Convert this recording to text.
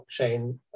blockchain